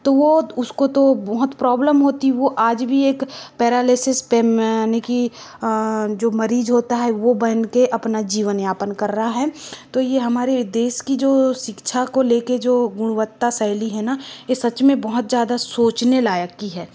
तो वह उसको तो बहुत प्रॉब्लम होती वह आज भी एक पेरालेसिस पर यानि की जो मरीज होता है वह बन कर अपना जीवन यापन कर रहा है तो यह हमारे देश की जो शिक्षा को लेकर जो गुणवत्ता शैली है न यह सच में बहुत ज़्यादा सोचने लायक ही है